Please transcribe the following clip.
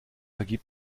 ergibt